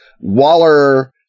waller